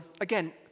again